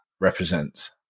represents